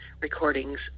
recordings